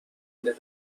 باید